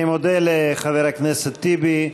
אני מודה לחבר הכנסת טיבי.